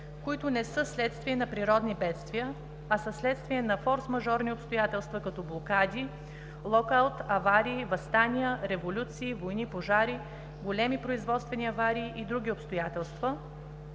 които не са следствие на природни бедствия, а са следствие на форсмажорни обстоятелства като блокади, локаут, аварии, въстания, революции, войни, пожари, големи производствени аварии и други обстоятелства,